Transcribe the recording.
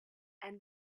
and